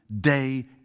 day